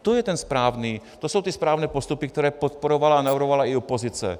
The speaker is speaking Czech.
To je ten správný, to jsou ty správné postupy, které podporovala a navrhovala i opozice.